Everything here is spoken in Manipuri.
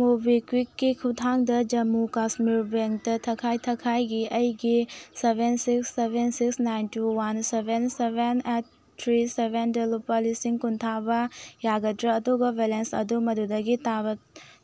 ꯃꯣꯕꯤꯀ꯭ꯋꯤꯛꯀꯤ ꯈꯨꯊꯥꯡꯗ ꯖꯃꯨ ꯀꯥꯁꯃꯤꯔ ꯕꯦꯡꯇ ꯊꯥꯈꯥꯏ ꯊꯥꯈꯥꯏꯒꯤ ꯑꯩꯒꯤ seven six seven six nine two one seven seven eight three ꯁꯕꯦꯟꯗ ꯂꯨꯄꯥ ꯂꯤꯁꯤꯡ ꯀꯨꯟ ꯊꯥꯕ ꯌꯥꯒꯗ꯭ꯔ ꯑꯗꯨꯒ ꯕꯦꯂꯦꯟꯁ ꯑꯗꯨ ꯃꯗꯨꯗꯒꯤ ꯇꯥꯕ